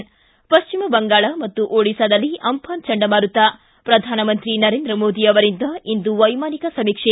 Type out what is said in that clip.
ಿ ಪಶ್ಚಿಮ ಬಂಗಾಳ ಮತ್ತು ಓಡಿಸ್ಸಾದಲ್ಲಿ ಅಂಘಾನ್ ಚಂಡಮಾರುತ ಪ್ರಧಾನಮಂತ್ರಿ ನರೇಂದ್ರ ಮೋದಿ ಅವರಿಂದ ಇಂದು ವೈಮಾನಿಕ ಸಮೀಕ್ಷೆ